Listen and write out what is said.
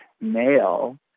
male